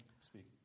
speak